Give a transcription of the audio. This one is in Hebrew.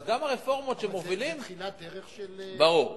אז גם הרפורמות שמובילים, זאת תחילת דרך של, ברור.